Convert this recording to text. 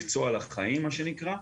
מקצוע לחיים מה שנקרא.